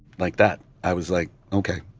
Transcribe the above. like that, i was like, ok.